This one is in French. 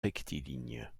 rectiligne